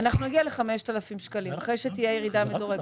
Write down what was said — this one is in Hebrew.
אנחנו נגיע ל-5,000 שקלים אחרי שתהיה ירידה מדורגת.